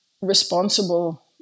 responsible